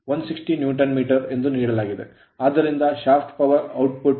ಆದ್ದರಿಂದ shaft power output shaft power output 16